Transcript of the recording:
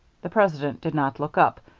the president did not look up,